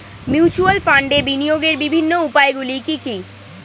Mutual ফান্ডে বিনিয়োগের বিভিন্ন উপায়গুলি কি কি?